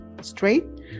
straight